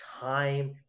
time